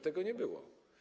Tego nie było.